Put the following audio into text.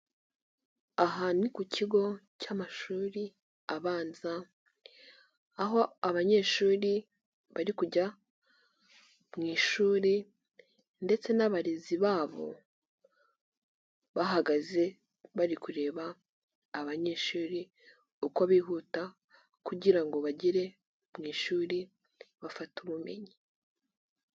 Aha ni ku kigo cy'amashuri abanza aho abanyeshuri bari kujya mu ishuri ndetse n'abarezi babo bahagaze bari kureba abanyeshuri uko bihuta kugira bagere mu ishuri bafate ubumenyi.